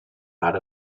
out